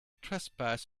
trespass